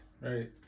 Right